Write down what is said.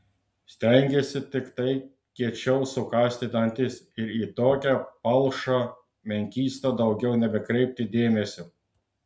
stengiesi tiktai kiečiau sukąsti dantis ir į tokią palšą menkystą daugiau nebekreipti dėmesio